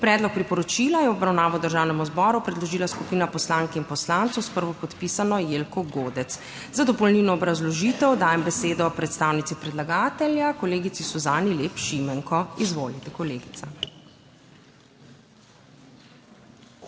Predlog priporočila je v obravnavo Državnemu zboru predložila skupina poslank in poslancev s prvopodpisano Jelko Godec. Za dopolnilno obrazložitev dajem besedo predstavnici predlagatelja, kolegici Suzani Lep Šimenko. Izvolite kolegica. SUZANA